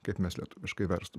kaip mes lietuviškai verstum